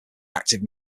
active